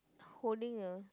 holding a